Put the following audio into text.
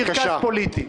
כקרקס פוליטי.